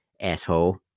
Asshole